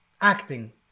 acting